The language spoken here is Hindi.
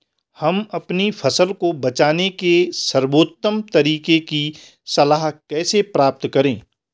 हम अपनी फसल को बचाने के सर्वोत्तम तरीके की सलाह कैसे प्राप्त करें?